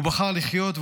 הוא בחר לחיות,